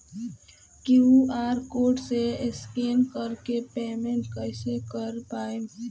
QR code से scan कर के पेमेंट कइसे कर पाएम?